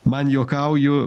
man juokauju